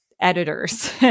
editors